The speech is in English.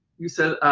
you said,